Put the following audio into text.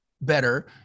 better